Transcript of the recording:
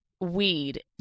weed